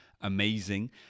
amazing